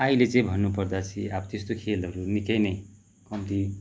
आइले चाहिँ भन्नु पर्दा चाहिँ अब त्यस्तो खेलहरू निक्कै नै कम्ती